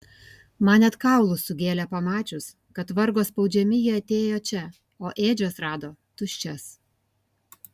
man net kaulus sugėlė pamačius kad vargo spaudžiami jie atėjo čia o ėdžias rado tuščias